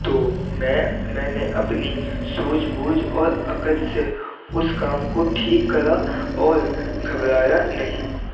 تو میں میں نے اپنی سوجھ بوجھ اور عقل سے اس کام کو ٹھیک کرا اور گھبرایا نہیں